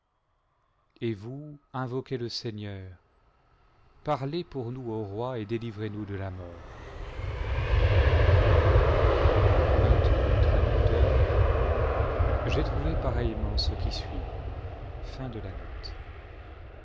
et vous invoquez le seigneur parlez pour nous au roi et délivrez-nous de la mort j'ai trouvé pareillement ce qui suit